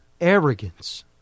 arrogance